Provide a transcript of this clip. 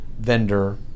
vendor